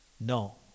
No